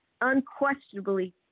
unquestionably